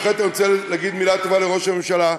בהחלט אני רוצה להגיד מילה טובה לראש הממשלה.